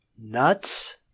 nuts